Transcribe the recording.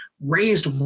raised